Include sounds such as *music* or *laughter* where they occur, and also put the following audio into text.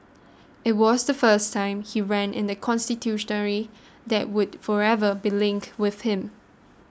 it was the first time he ran in the *unintelligible* that would forever be linked with him